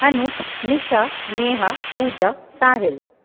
Anoop Nisha Neha Pooja Sahil